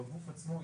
בגוף עצמו,